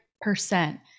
percent